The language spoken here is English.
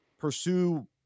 pursue